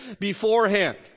beforehand